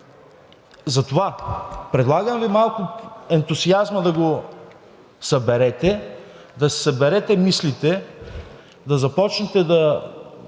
Затова Ви предлагам малко ентусиазма да го съберете, да си съберете мислите, да започнете,